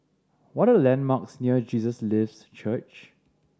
what are the landmarks near Jesus Lives Church